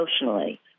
emotionally